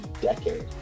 decade